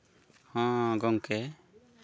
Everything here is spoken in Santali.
ᱦᱮᱸ ᱜᱚᱢᱠᱮ